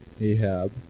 Ahab